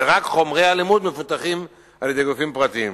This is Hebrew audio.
ורק חומרי הלימוד מפותחים על-ידי גופים פרטיים.